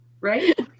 Right